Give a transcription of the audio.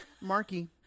Marky